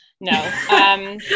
no